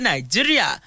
Nigeria